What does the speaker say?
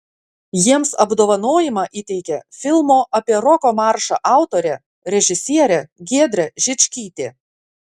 jiems apdovanojimą įteikė filmo apie roko maršą autorė režisierė giedrė žičkytė